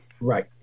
Right